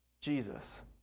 Jesus